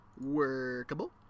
workable